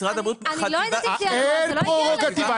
משרד הבריאות --- אין פררוגטיבה,